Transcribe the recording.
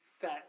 fat